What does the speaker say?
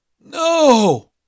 No